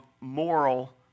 moral